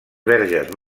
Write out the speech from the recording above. verges